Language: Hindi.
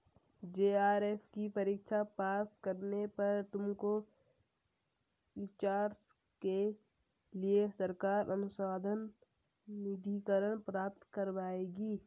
जे.आर.एफ की परीक्षा पास करने पर तुमको रिसर्च के लिए सरकार अनुसंधान निधिकरण प्राप्त करवाएगी